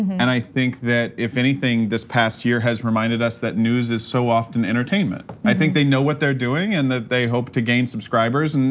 and i think that, if anything, this past year has reminded us that news is so often entertainment. i think they know what they're doing and they hope to gain subscribers, and